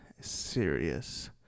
serious